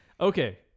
Okay